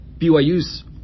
BYU's